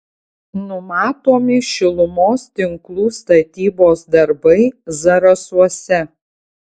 numatomi šilumos tinklų statybos darbai zarasuose